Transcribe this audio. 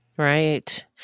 Right